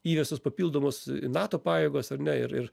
įvestos papildomos nato pajėgos ar ne ir ir